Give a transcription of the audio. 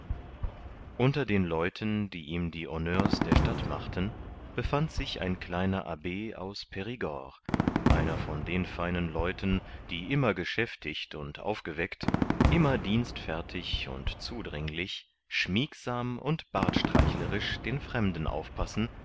unter den leuten die ihm die honneurs der stadt machten befand sich ein kleiner abb aus perigord einer von den feinen leuten die immer geschäftigt und aufgeweckt immer dienstfertig und zudringlich schmiegsam und bartstreichlerisch den fremden aufpassen